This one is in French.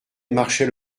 marchait